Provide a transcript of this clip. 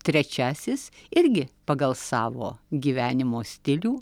trečiasis irgi pagal savo gyvenimo stilių